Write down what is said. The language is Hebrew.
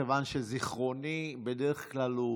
מכיוון שזיכרוני בדרך כלל הוא